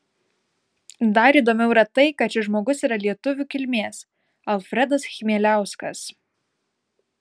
dar įdomiau yra tai kad šis žmogus yra lietuvių kilmės alfredas chmieliauskas